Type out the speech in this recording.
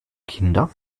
kinder